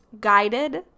guided